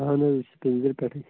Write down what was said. اَہَن حظ کُنزَر پٮ۪ٹھٕے